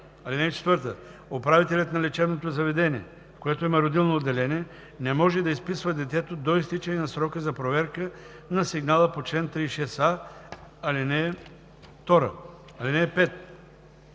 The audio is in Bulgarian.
ал. 1. (4) Управителят на лечебното заведение, в което има родилно отделение, не може да изписва детето до изтичане на срока за проверка на сигнала по чл. 36а, ал. 2. (5)